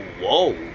whoa